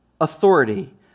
authority